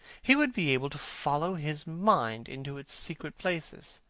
he would be able to follow his mind into its secret places.